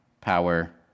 power